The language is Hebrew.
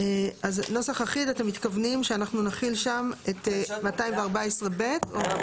אז נוסח אחיד אתם מתכוונים שאנחנו נחיל שם את 214(ב) או?